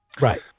Right